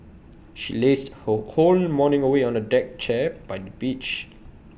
she lazed her whole morning away on A deck chair by the beach